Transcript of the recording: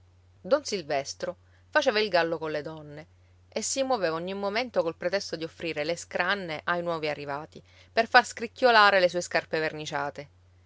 don silvestro faceva il gallo colle donne e si muoveva ogni momento col pretesto di offrire le scranne ai nuovi arrivati per far scricchiolare le sue scarpe verniciate